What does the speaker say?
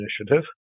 initiative